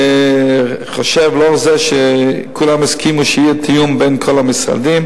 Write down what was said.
לאור זה שכולם הסכימו שיהיה תיאום בין כל המשרדים,